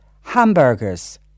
hamburgers